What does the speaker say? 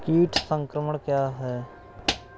कीट संक्रमण क्या है?